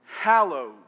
hallowed